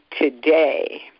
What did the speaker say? today